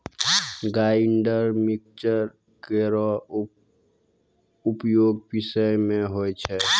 grinder mixer केरो उपयोग पिसै म होय छै